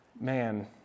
Man